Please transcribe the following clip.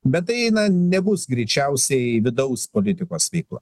bet tai jin nebus greičiausiai vidaus politikos veikla